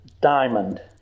diamond